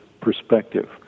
perspective